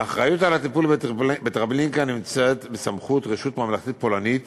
האחריות לטיפול בטרבלינקה נמצאת בסמכות רשות ממלכתית פולנית